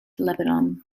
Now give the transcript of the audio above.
lebanon